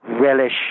relish